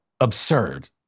absurd